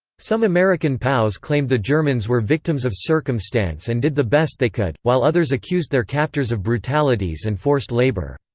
some american pows claimed the germans were victims of circumstance and did the best they could, while others accused their captors of brutalities and forced labour.